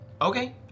Okay